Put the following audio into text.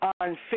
on